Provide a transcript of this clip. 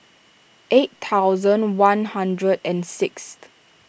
eight thousand one hundred and sixth